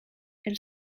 elle